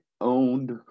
owned